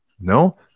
No